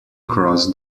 across